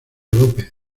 lópez